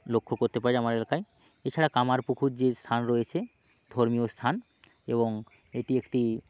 লক্ষ্য করতে পারি আমার এলাকায় এছাড়া কামারপুকুর যে স্থান রয়েছে ধর্মীয় স্থান এবং এটি একটি